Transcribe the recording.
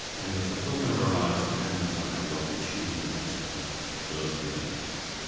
and the fulfillment of our lives depends on how well we choose and execute those commitments.